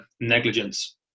negligence